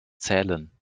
zählen